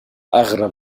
أغرب